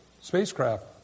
spacecraft